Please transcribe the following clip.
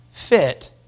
Fit